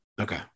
Okay